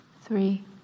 three